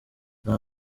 nta